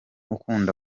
ukunda